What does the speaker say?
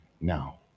now